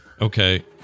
Okay